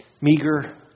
meager